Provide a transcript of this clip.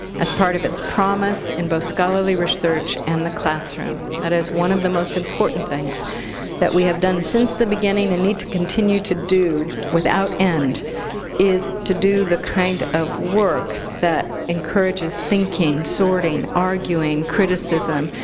as part of its promise in both scholarly research and the classroom. that is, one of the most important things that we have done since the beginning and need to continue to do without end is to do the kind of work that encourages thinking, sorting, arguing, criticism,